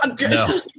No